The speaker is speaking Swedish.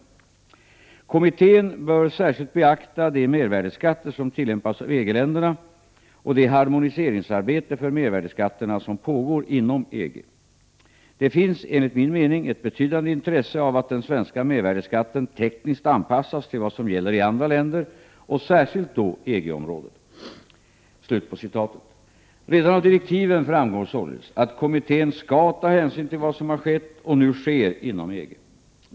”Kommittén bör särskilt beakta de mervärdeskatter som tillämpas av EG-länderna och det harmoniseringsarbete för mervärdeskatterna som pågår inom EG. Det finns enligt min mening ett betydande intresse av att den svenska mervärdeskatten tekniskt anpassas till vad som gäller i andra länder, och särskilt då EG-området.” Redan av direktiven framgår således att kommittén skall ta hänsyn till vad som skett och vad som nu sker inom EG.